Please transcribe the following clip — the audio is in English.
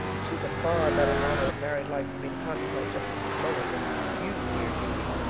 she's a far better model of married life for me to contemplate just this moment than you, dear judy.